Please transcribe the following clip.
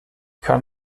kann